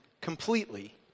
completely